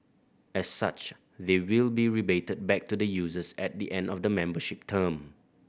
as such they will be rebated back to the users at the end of the membership term